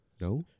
No